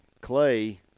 Clay